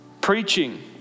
Preaching